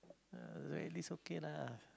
like this okay lah